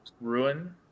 ruin